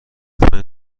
پنج